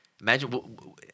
Imagine –